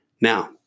Now